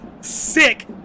Sick